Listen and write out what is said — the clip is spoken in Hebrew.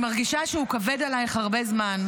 אני רוצה לומר משהו שאני מרגישה שהוא כבד עלייך הרבה זמן,